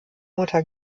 mutter